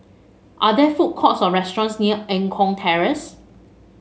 are there food courts or restaurants near Eng Kong Terrace